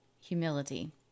humility